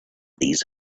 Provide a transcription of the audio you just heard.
these